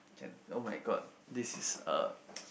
can oh my god this is a